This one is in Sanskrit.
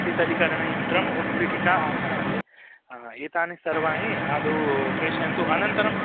शीतलीकरणयन्त्रम् उत्पीठिका आसनानि एतानि सर्वाणि आदौ प्रेषयन्तु अनन्तरं